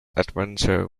adventure